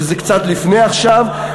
שזה קצת לפני עכשיו.